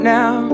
now